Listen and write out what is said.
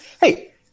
Hey